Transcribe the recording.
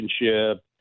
relationship